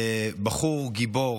בחור גיבור